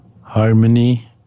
harmony